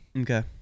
Okay